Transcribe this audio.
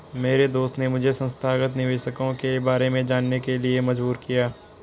मेरे दोस्त ने मुझे संस्थागत निवेशकों के बारे में जानने के लिए मजबूर किया